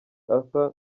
arthur